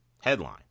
headline